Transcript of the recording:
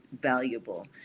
valuable